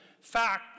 fact